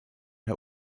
der